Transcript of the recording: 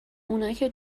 اوناکه